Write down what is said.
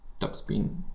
topspin